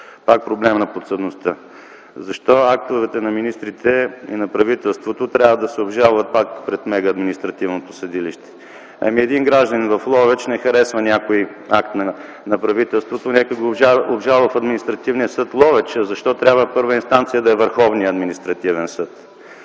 Пак проблем на подсъдността. Защо актовете на министрите и на правителството трябва да се обжалват пак пред мегаадминистративното съдилище? Ако един гражданин в Ловеч не харесва някой акт на правителството, нека го обжалва в Административния съд в Ловеч. Защо трябва първа инстанция да е Върховният административен съд?